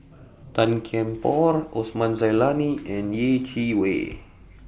Tan Kian Por Osman Zailani and Yeh Chi Wei